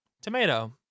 tomato